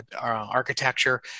architecture